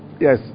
Yes